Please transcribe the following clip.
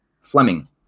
Fleming